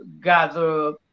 gather